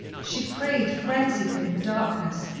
she prayed frenziedly in the darkness,